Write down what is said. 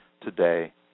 today